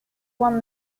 one